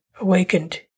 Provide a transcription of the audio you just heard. awakened